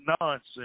nonsense